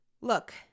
look